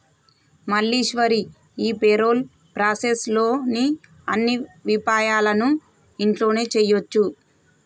మల్లీశ్వరి ఈ payroll process లోని అన్ని విపాయాలను ఇంట్లోనే చేయొచ్చు